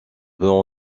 peu